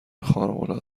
خارق